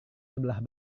sebelah